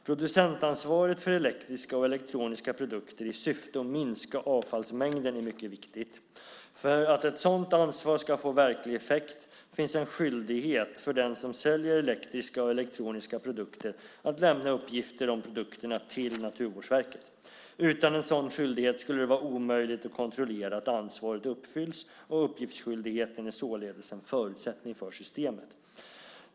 Producentansvaret för elektriska och elektroniska produkter i syfte att minska avfallsmängden är mycket viktigt. För att ett sådant ansvar ska få verklig effekt finns en skyldighet för den som säljer elektriska och elektroniska produkter att lämna uppgifter om produkterna till Naturvårdsverket. Utan en sådan skyldighet skulle det vara omöjligt att kontrollera att ansvaret uppfylls, och uppgiftsskyldigheten är således en förutsättning för systemet.